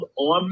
on